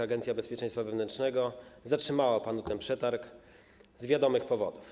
Agencja Bezpieczeństwa Wewnętrznego zatrzymała panu ten przetarg z wiadomych powodów.